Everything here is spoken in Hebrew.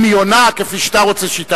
אם היא עונה כפי שאתה רוצה שהיא תענה,